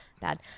bad